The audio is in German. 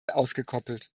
ausgekoppelt